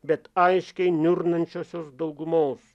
bet aiškiai niurnančiosios daugumos